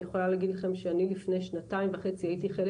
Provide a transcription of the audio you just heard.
אני יכולה להגיד לכם שלפני שנתיים וחצי הייתי חלק